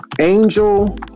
angel